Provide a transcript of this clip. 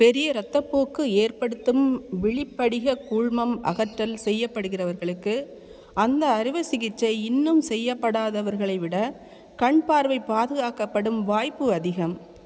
பெரிய இரத்தப்போக்கு ஏற்படுத்தும் விழிப்படிகக் கூழ்மம் அகற்றல் செய்யப்படுகிறவர்களுக்கு அந்த அறுவைசிகிச்சை இன்னும் செய்யப்படாதவர்களை விட கண் பார்வை பாதுகாக்கப்படும் வாய்ப்பு அதிகம்